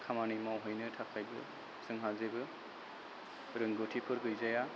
खामानि मावहैनो थाखायबो जोंहा जेबो रोंगथिफोर गैजाया